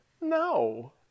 No